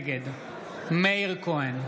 נגד מאיר כהן,